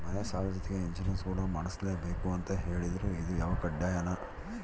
ಮನೆ ಸಾಲದ ಜೊತೆಗೆ ಇನ್ಸುರೆನ್ಸ್ ಕೂಡ ಮಾಡ್ಸಲೇಬೇಕು ಅಂತ ಹೇಳಿದ್ರು ಇದು ಕಡ್ಡಾಯನಾ?